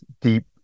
deep